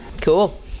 Cool